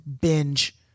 binge